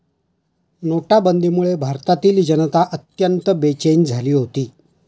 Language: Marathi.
नोटाबंदीमुळे भारतातील जनता अत्यंत बेचैन झाली होती